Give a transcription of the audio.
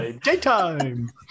Daytime